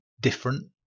different